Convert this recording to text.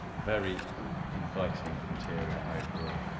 very inviting interior overall,